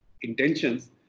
intentions